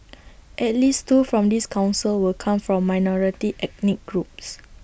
at least two from this Council will come from minority ethnic groups